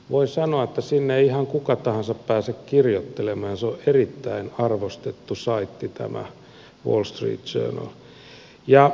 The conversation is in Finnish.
voi sanoa että sinne ei ihan kuka tahansa pääse kirjoittelemaan ja se on erittäin arvostettu saitti tämä wall street journal